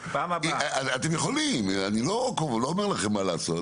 אתם יכולים אני לא אומר לכם מה לעשות,